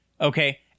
okay